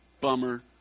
bummer